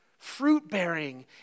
Fruit-bearing